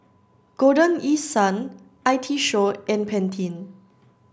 golden East Sun I T Show and Pantene